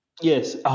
Yes